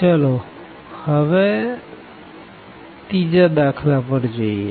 ચાલો હવે દાખલા નંબર 3 પર જઈએ